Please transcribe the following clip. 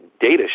data